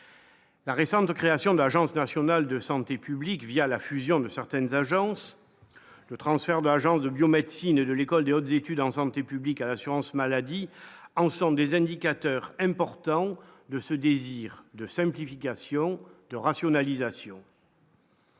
La récente création de l'Agence nationale de santé publique, via la fusion de certaines agences le transfert de l'Agence de biomédecine de l'École de hautes études en santé publique à l'assurance maladie ensemble des indicateurs importants de ce désir de simplification et de rationalisation.